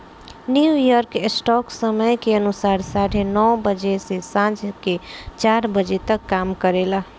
New York stock समय के अनुसार साढ़े नौ बजे से सांझ के चार बजे तक काम करेला